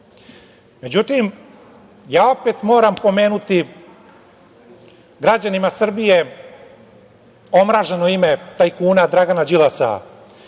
Međutim, ja opet moram pomenuti građanima Srbije omraženo ime tajkuna Dragana Đilasa